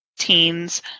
Teens